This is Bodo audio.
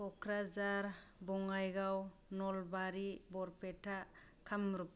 क'क्राझार बङाइगाव नलबारि बरपेटा कामरुप